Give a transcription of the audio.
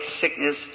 sickness